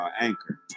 Anchor